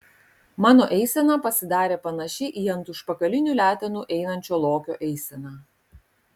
mano eisena pasidarė panaši į ant užpakalinių letenų einančio lokio eiseną